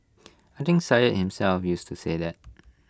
I think Syed himself used to say that